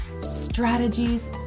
strategies